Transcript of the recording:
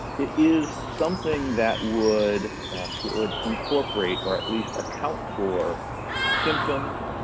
it is something that would would incorporate or at least account for symptoms,